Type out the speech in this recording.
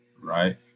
right